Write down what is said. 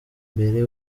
mbere